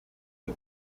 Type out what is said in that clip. que